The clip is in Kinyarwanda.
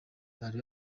bari